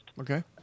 Okay